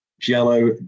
Jello